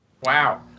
Wow